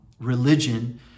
religion